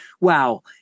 wow